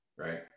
Right